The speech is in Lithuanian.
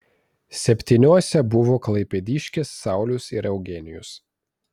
septyniuose buvo klaipėdiškis saulius ir eugenijus